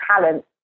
talent